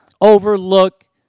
overlook